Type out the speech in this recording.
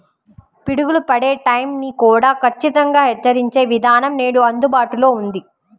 పిడుగులు పడే టైం ని కూడా ఖచ్చితంగా హెచ్చరించే విధానం నేడు అందుబాటులో ఉంది